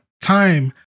time